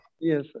Yes